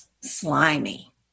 slimy